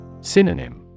Synonym